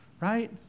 Right